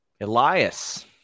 Elias